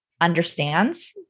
understands